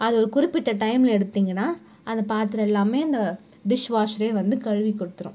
அதை குறிப்பிட்ட டையமில் எடுத்தீங்கனா அந்த பாத்திரம் எல்லாம் அந்த டிஷ்வாஷே வந்து கழுவி கொடுத்துரும்